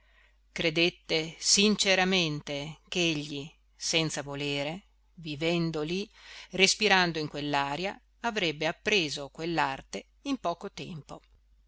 credette sinceramente ch'egli senza volere vivendo lì respirando in quell'aria avrebbe appreso quell'arte in poco tempo